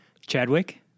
Chadwick